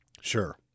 Sure